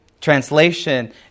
Translation